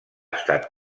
estat